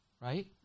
right